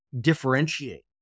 differentiate